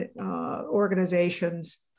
organizations